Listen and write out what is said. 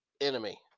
enemy